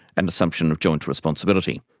and assumption of joint responsibility.